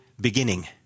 beginning